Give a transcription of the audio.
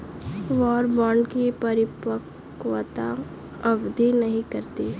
war bond की परिपक्वता अवधि नहीं रहती है